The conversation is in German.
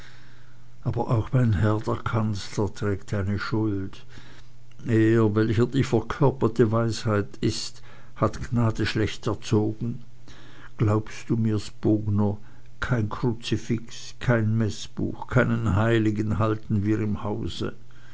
aber auch mein herr der kanzler trägt eine schuld er welcher die verkörperte weisheit ist hat gnade schlecht erzogen glaubst du mir's bogner kein kruzifix kein meßbuch keinen heiligen halten wir im hause